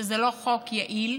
שזה לא חוק יעיל.